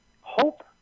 Hope